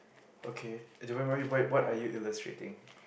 okay anyway where what are you illustrating